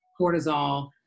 cortisol